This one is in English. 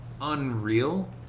unreal